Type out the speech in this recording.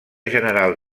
general